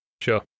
Sure